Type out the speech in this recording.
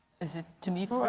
is it to me?